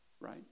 right